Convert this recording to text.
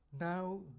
now